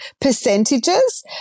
percentages